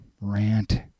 rant